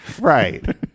Right